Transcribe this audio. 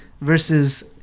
Versus